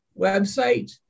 website